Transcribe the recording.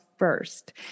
first